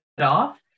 off